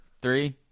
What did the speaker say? Three